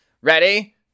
ready